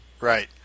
Right